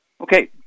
Okay